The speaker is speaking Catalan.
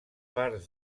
parts